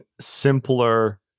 simpler